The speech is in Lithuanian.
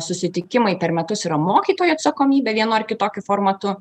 susitikimai per metus yra mokytojo atsakomybė vienu ar kitokiu formatu